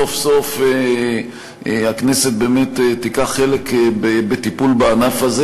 סוף-סוף הכנסת תיקח חלק בטיפול בענף הזה.